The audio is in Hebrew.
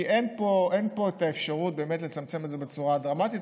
כי אין פה את האפשרות באמת לצמצם את זה בצורה דרמטית,